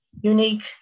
Unique